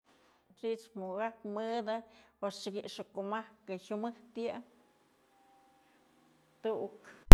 Xi'ityë mukëkap mëdë juxtyëkix kumajkë jyumëjtë yë, tu'ukë.